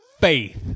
faith